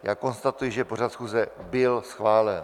Konstatuji, že pořad schůze byl schválen.